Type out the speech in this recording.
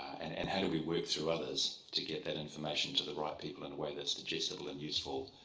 and and how do we work through others to get that information to the right people in a way that's digestible and useful,